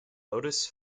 lotus